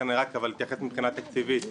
לכן רק אתייחס מבחינה תקציבית,